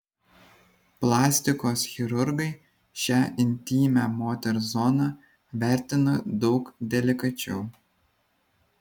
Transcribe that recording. plastikos chirurgai šią intymią moters zoną vertina daug delikačiau